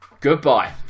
goodbye